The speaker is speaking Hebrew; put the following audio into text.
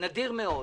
נדיר מאוד.